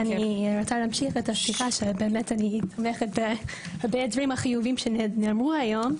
אני רוצה להמשיך את השיחה שבאמת אני תומכת בדברים החיוביים שנאמרו היום,